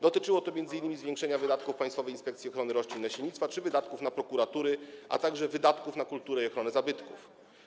Dotyczyło to m.in. zwiększenia wydatków Państwowej Inspekcji Ochrony Roślin i Nasiennictwa czy wydatków na prokuratury, a także wydatków na kulturę i ochronę zabytków.